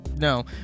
No